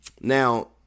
Now